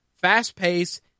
fast-paced